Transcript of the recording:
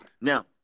Now –